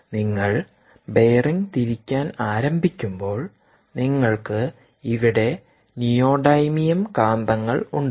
നിങ്ങൾ ബെയറിംഗ് തിരിക്കാൻ ആരംഭിക്കുമ്പോൾ നിങ്ങൾക്ക് ഇവിടെ നിയോഡൈമിയം കാന്തങ്ങൾ ഉണ്ട്